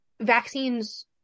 vaccines